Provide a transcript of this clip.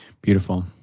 Beautiful